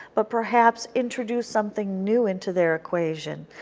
but perhaps introduce something new into their equation.